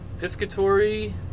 Piscatory